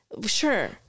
sure